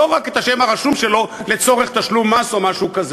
ולא רק את השם הרשום שלו לצורך תשלום מס או משהו כזה.